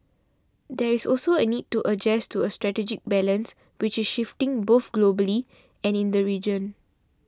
there is also a need to adjust to a strategic balance which is shifting both globally and in the region